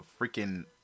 freaking